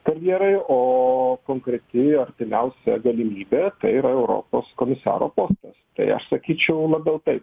karjerai o konkreti jo artimiausia galimybė tai yra europos komisaro postas tai aš sakyčiau labiau taip